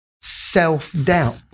self-doubt